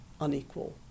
unequal